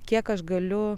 kiek aš galiu